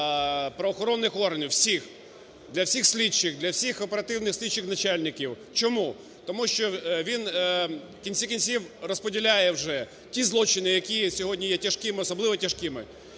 всіх правоохоронних органів, всіх: для всіх слідчих, для всіх оперативних слідчих начальників. Чому? Тому що він в кінці кінців розподіляє вже ті злочини, які сьогодні є тяжкими, особливо тяжкими,